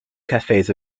cafes